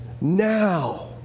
now